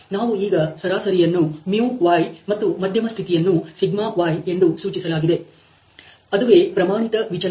ನಾವು ಈಗ ಸರಾಸರಿಯನ್ನು y ಮತ್ತು ಮಧ್ಯಮ ಸ್ಥಿತಿಯನ್ನು yಎಂದು ಸೂಚಿಸಲಾಗಿದೆ ಅದುವೇ ಪ್ರಮಾಣಿತ ವಿಚಲನ